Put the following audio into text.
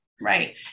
right